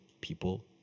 people